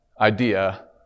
idea